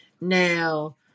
Now